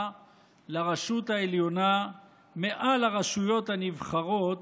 לרשות העליונה מעל הרשויות הנבחרות,